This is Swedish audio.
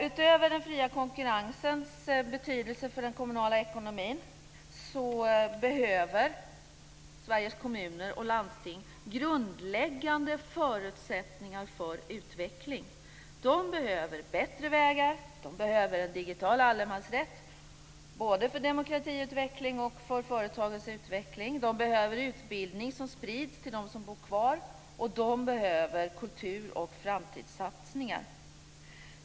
Utöver den fria konkurrensens betydelse för den kommunala ekonomin behöver Sveriges kommuner och landsting grundläggande förutsättningar för utveckling. De behöver bättre vägar. De behöver en digital allemansrätt, både för demokratiutveckling och för företagens utveckling. De behöver utbildning som sprids till dem som bor kvar och de behöver kultur och framtidssatsningar.